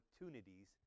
opportunities